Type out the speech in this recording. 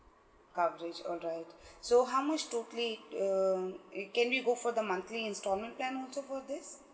coverage all right so how much totally um we can we go for the monthly installment plan also for this